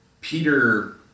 Peter